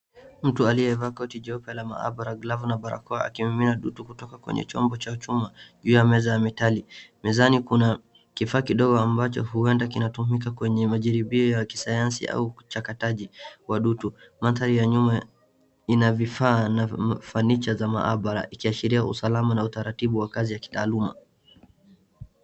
Mtu aliyevaa koti jeupe la maabara, glavu na barakoa akimimina dutu kutoka kwenye chombo cha chuma juu ya meza ya metali. Mezani kuna kifaa kidogo ambacho huenda kinatumika kwenye majaribio hiyo ya kisayansi au uchakataji wa dutu. Mandhari ya nyuma ina vifaa na mafanicha za maabara ikiashiria usalama na utaratibu wa kazi ya kitaaluma.